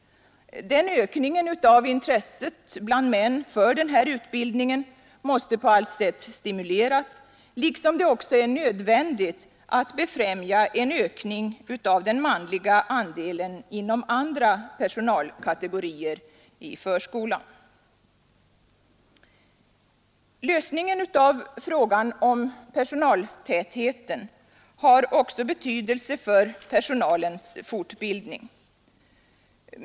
Den ökningen av intresset bland män för den här utbildningen måste på allt sätt stimuleras, liksom det är nödvändigt att befrämja en ökning av den manliga andelen inom andra personalkategorier i förskolan. Lösningen av frågan om personaltätheten har också betydelse för personalens fortbildning.